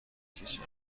کشد